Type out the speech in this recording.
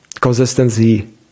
Consistency